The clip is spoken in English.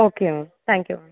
okay ma'am thank you ma'am